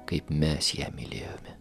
kaip mes ją mylėjome